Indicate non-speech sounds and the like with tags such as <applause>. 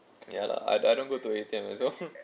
ya lah I don't I don't go to A_T_M also <laughs>